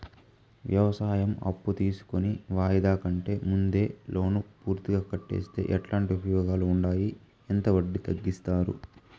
వ్యవసాయం అప్పు తీసుకొని వాయిదా కంటే ముందే లోను పూర్తిగా కట్టేస్తే ఎట్లాంటి ఉపయోగాలు ఉండాయి? ఎంత వడ్డీ తగ్గిస్తారు?